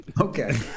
Okay